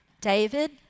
David